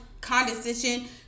condescension